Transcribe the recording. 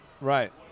Right